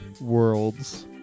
world's